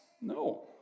No